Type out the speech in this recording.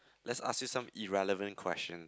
let's ask you some irrelevant questions